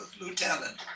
lieutenant